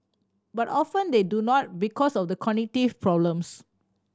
but often they do not because of the cognitive problems